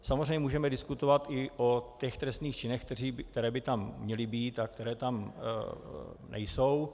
Samozřejmě můžeme diskutovat i o těch trestných činech, které by tam měly být a které tam nejsou.